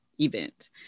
event